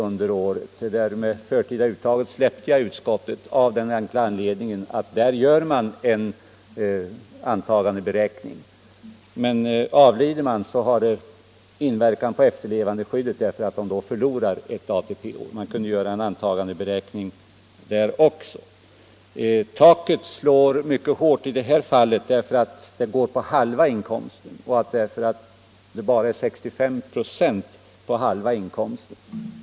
Kravet i fråga om det förtida uttaget släppte jag i utskottet av den enkla anledningen, att man där gör en antagande beräkning. Avlider man, påverkar det dock efterlevandeskyddet, eftersom ett år då går förlorat i ATP-beräkningen. Man kunde göra en antagande beräkning också där. Taket slår mycket hårt i det här fallet, därför att det beräknas på halva inkomsten och därför att pensionen bara blir 65 96 på halva inkomsten.